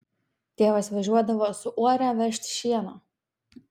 tėvas važiuodavo su uore vežti šieno